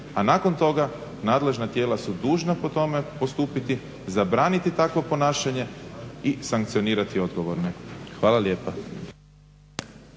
a nakon toga nadležna tijela su dužna po tome postupiti, zabraniti takvo ponašanje i sankcionirati odgovorne. Hvala lijepa.